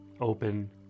open